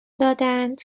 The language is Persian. دادند